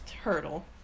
hurdle